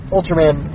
Ultraman